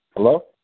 Hello